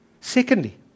Secondly